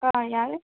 ஆ யார்